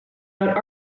out